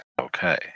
Okay